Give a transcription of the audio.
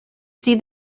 see